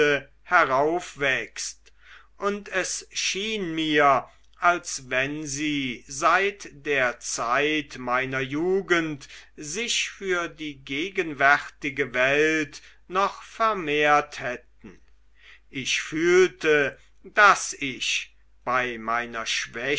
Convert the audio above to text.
heraufwächst und es schien mir als wenn sie seit der zeit meiner jugend sich für die gegenwärtige welt noch vermehrt hätten ich fühlte daß ich bei meiner